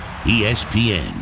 ESPN